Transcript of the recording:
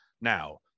Now